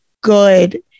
good